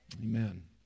Amen